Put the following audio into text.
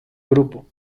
grupo